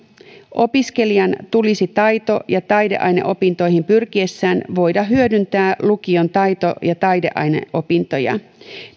opiskelijan tulisi taito ja taideaineopintoihin pyrkiessään voida hyödyntää lukion taito ja taideaineopintoja